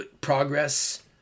Progress